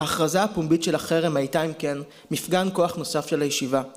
‫הכרזה הפומבית של החרם הייתה, ‫אם כן, מפגן כוח נוסף של הישיבה.